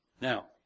Now